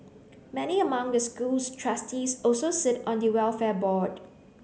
many among the school's trustees also sit on the welfare board